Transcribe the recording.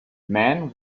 man